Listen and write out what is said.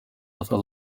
other